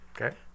Okay